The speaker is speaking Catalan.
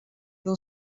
del